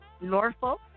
Norfolk